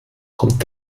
kommt